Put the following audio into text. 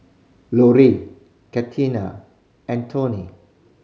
Loree Catina and Toni